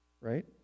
right